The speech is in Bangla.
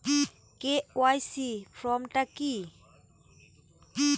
কে.ওয়াই.সি ফর্ম টা কি?